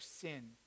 sin